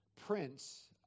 prince